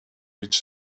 each